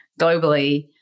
globally